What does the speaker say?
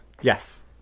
yes